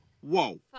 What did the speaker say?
whoa